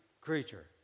Creature